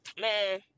man